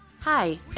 Hi